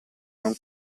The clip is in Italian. non